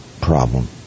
problem